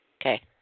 Okay